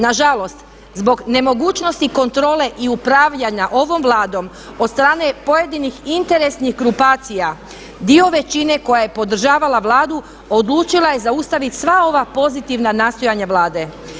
Na žalost zbog nemogućnosti kontrole i upravljanja ovom Vladom od strane pojedinih interesnih grupacija dio većine koja je podržavala Vladu odlučila je zaustaviti sva ova pozitivna nastojanja Vlade.